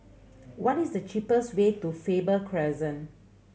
what is the cheapest way to Faber Crescent